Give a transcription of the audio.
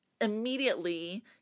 immediately